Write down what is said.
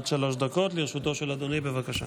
עד שלוש דקות לרשותו של אדוני, בבקשה.